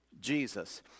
Jesus